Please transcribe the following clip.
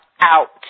out